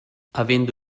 avendo